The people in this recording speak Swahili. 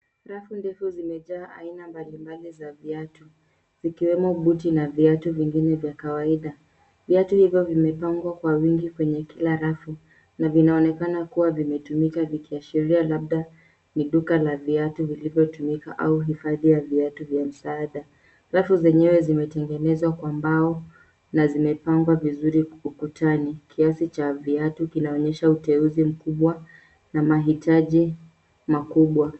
Rafu ndefu zimejaa aina mbalimbali za viatu zikiwemo buti na viatu vingine vya kawaida. Viatu hivyo vimepangwa kwa wingi kwenye kila rafu na vinaonekana kuwa vimetumika vikiashiria labda ni duka la viatu vilivyotumika au hifadhi ya viatu vya msaada. Rafu zenyewe zimetengenezwa kwa mbao na vimepangwa vizuri ukutani. Kiasi cha viatu kinaonyesha uteuzi mkubwa na mahitaji makubwa.